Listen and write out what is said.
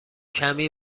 کمی